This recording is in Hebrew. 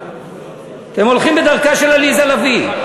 אתם הולכים בדרכה של עליזה לביא.